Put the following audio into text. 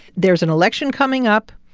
there's an election coming up.